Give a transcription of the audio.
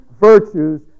virtues